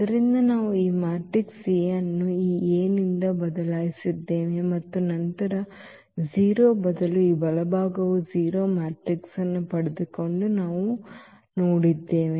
ಆದ್ದರಿಂದ ನಾವು ಇಲ್ಲಿ A ಅನ್ನು ಈ A ನಿಂದ ಬದಲಾಯಿಸಿದ್ದೇವೆ ಮತ್ತು ನಂತರ 0 ಬದಲು ಈ ಬಲಭಾಗವು 0 ಮ್ಯಾಟ್ರಿಕ್ಸ್ ಅನ್ನು ಪಡೆದುಕೊಂಡಿದೆ ಎಂದು ನಾವು ನೋಡಿದ್ದೇವೆ